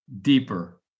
Deeper